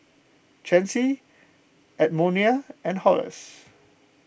Chancey Edmonia and Horace